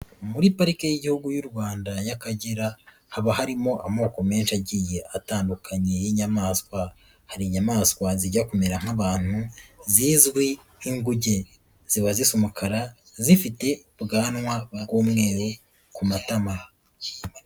Muri parike y'igihugu y'u Rwanda y'Akagera haba harimo amoko menshi agiye atandukanye y'inyamaswa, hari inyamaswa zijya kumera nk'abantu zizwi nk'inguge, ziba zisa nk'umukara zifite ubwanwa bw'umweru ku matama.